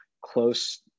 close